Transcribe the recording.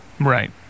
Right